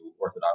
Orthodox